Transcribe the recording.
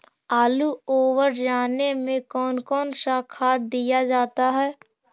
आलू ओवर जाने में कौन कौन सा खाद दिया जाता है?